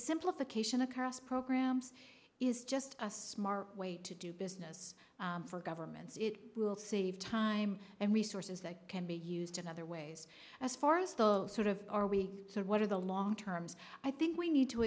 simplification across programs is just a smart way to do business for governments it will save time and resources that can be used in other ways as far as the sort of are we said what are the long terms i think we need to